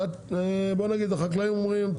החקלאים אומרים,